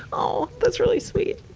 oh, that's really sweet!